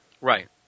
Right